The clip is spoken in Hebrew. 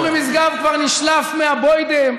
אורי משגב כבר נשלף מהבוידעם.